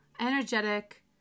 energetic